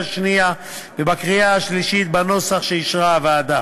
השנייה ובקריאה השלישית בנוסח שאישרה הוועדה.